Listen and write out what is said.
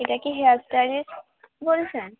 এটা কি hair stylist বলছেন